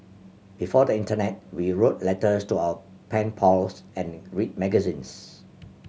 before the internet we wrote letters to our pen pals and read magazines